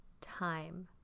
time